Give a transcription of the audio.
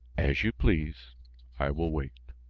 as you please i will wait.